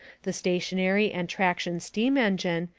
the stationary and traction steam engine,